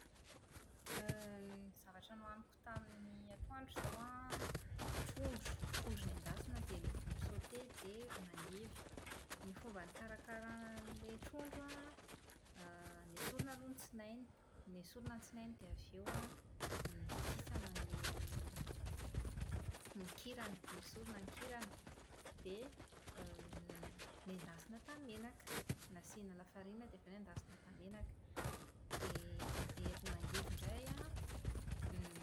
> Ny zavatra nohaniko tamin'ny antoandro izao an trondro, trondro nendasina dia légumes sautés dia ron'angivy. Ny fomba nikarakarana an'ilay trondro an > nesorina aloha ny tsinainy. Nesorina ny tsinainy dia avy eo an, nokikisana ny kirany. Nesorina ny kirany dia > nendasina tamin'ny menaka. Nasiana lafarinina dia avy eo nendasina tamin'ny menaka. Dia ilay ron'angivy indray an,